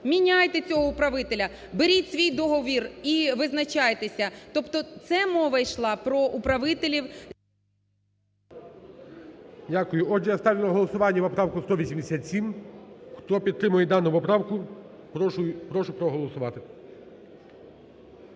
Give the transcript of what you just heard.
міняйте цього управителя, беріть свій договір і визначайтеся. Тобто це мова йшла про управителів... ГОЛОВУЮЧИЙ. Дякую. Отже, я ставлю на голосування поправку 187. Хто підтримує дану поправку, прошу проголосувати.